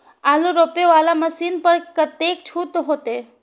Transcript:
आलू रोपे वाला मशीन पर कतेक छूट होते?